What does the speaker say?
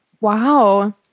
Wow